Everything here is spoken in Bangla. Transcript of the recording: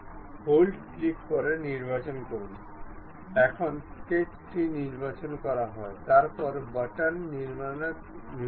সুতরাং আমরা যা চাই তা হল এই পিনটি এই স্লটের মধ্য দিয়ে চলে যাওয়ার কথা এবং একটি সাধারণ অন্তর্দৃষ্টি থেকে আমরা আশা করতে পারি যে এই নির্দিষ্ট সারফেস টি এই সার্কুলার সিলিন্ডারে ট্যান্জেন্ট বলে মনে করা হয়